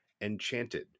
Enchanted